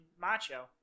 Macho